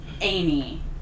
Amy